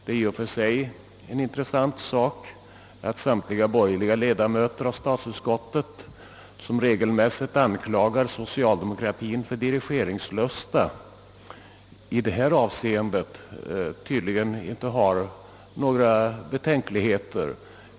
Det är i och för sig intressant att statsutskottets samtliga borgerliga ledamöter, som regelmässigt anklagar socialdemokratien för dirigeringslust, i detta avseende tydligen inte har några betänkligheter.